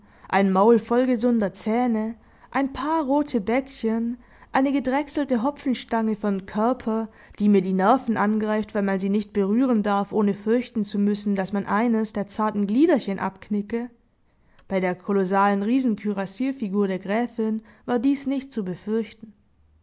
ein maul voll gesunder zähne ein paar rote bäckchen eine gedrechselte hopfenstange von körper die mir die nerven angreift weil man sie nicht berühren darf ohne fürchten zu müssen daß man eines der zarten gliederchen abknicke bei der kolossalen riesenkürassierfigur der gräfin war dies nicht zu befürchten